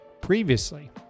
previously